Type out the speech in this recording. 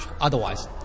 otherwise